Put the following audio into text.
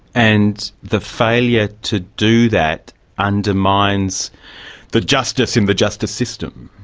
and the failure to do that undermines the justice in the justice system.